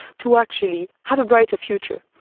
to actually have a brighter future.